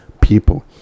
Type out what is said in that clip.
people